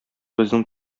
безнең